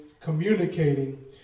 communicating